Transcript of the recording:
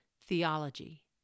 theology